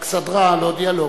באכסדרה, להודיע לו.